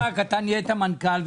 אתה נהיית מנכ"ל,